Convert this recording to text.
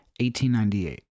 1898